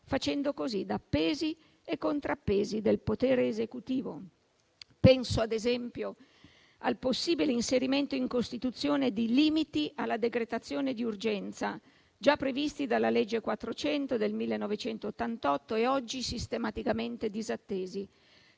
facendo così da pesi e contrappesi del potere esecutivo. Penso ad esempio al possibile inserimento in Costituzione di limiti alla decretazione di urgenza, già previsti dalla legge n. 400 del 1988 e oggi sistematicamente disattesi.